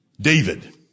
David